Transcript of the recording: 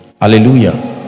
Hallelujah